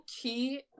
key